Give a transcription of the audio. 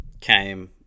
came